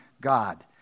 God